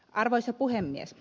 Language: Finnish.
arvoisa puhemies